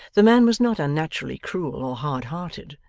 the man was not unnaturally cruel or hard-hearted.